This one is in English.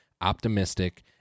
Optimistic